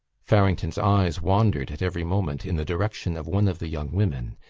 farrington's eyes wandered at every moment in the direction of one of the young women.